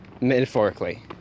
Metaphorically